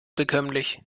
bekömmlich